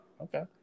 Okay